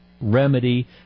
remedy